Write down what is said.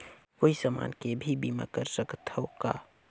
कोई समान के भी बीमा कर सकथव का?